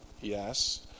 yes